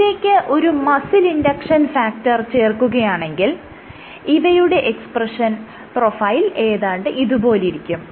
ഇതിലേക്ക് ഒരു muscle induction factor ചേർക്കുകയാണെങ്കിൽ ഇവയുടെ എക്സ്പ്രെഷൻ പ്രൊഫൈൽ ഏതാണ്ട് ഇതുപോലിരിക്കും